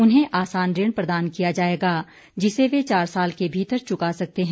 उन्हें आसान ऋण प्रदान किया जाएगा जिसे वे चार साल के भीतर चुका सकते हैं